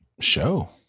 show